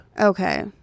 Okay